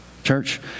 Church